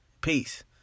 Peace